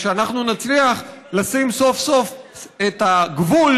ושאנחנו נצליח לשים סוף-סוף את הגבול